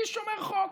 איש שומר חוק,